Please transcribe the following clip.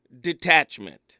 detachment